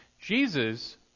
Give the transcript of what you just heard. Jesus